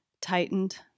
tightened